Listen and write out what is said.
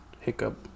hiccup